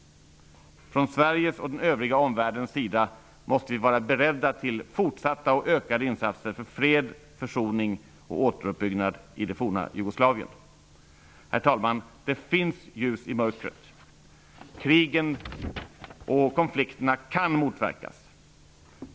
Från Sveriges och den övriga omvärldens sida måste vi vara beredda till fortsatta och ökade insatser för fred, försoning och återuppbyggnad i det forna Jugoslavien. Herr talman! Det finns ljus i mörkret. Krigen och konflikterna kan motverkas.